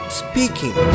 speaking